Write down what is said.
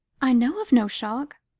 i know of no shock.